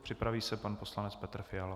Připraví se pan poslanec Petr Fiala.